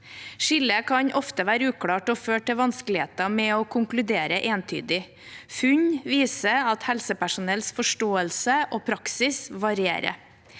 Skillet kan ofte være uklart og føre til van skeligheter med å konkludere entydig. Funn viser at helsepersonells forståelse og praksis varierer.